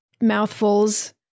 mouthfuls